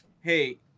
hey